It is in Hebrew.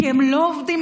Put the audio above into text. גברתי, תודה רבה.